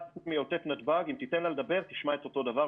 מעוטף נתב"ג ואם תיתן לה לדבר, תשמע את אותה דבר.